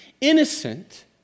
innocent